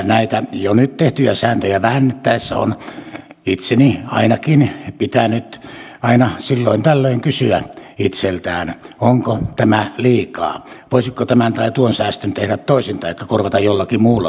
näitä jo nyt tehtyjä säästöjä vähennettäessä on itseni ainakin pitänyt aina silloin tällöin kysyä itseltäni onko tämä liikaa voisiko tämän tai tuon säästön tehdä toisin taikka korvata jollakin muulla tavalla